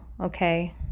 okay